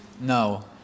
No